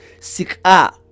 sikha